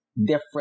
different